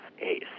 ACE